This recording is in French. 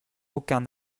aucun